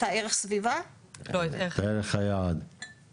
לא, אבל